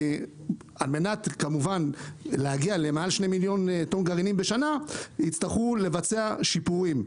כדי להגיע למעל 2 מיליון טון גרעינים בשנה יצטרכו לבצע שיפורים.